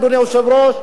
אדוני היושב-ראש,